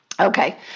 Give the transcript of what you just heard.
Okay